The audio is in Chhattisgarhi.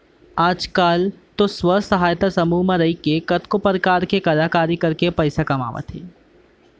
आज काल तो स्व सहायता समूह म रइके कतको परकार के कलाकारी करके पइसा कमावत हें